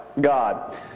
God